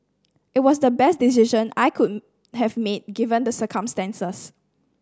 it was the best decision I could have made given the circumstances